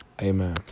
Amen